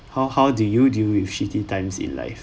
how how do you deal with shitty time in life